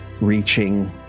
reaching